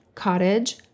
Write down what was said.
cottage